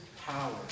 power